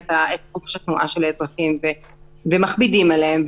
את חופש התנועה של האזרחים ומכבידים עליהם,